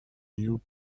new